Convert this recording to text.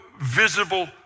visible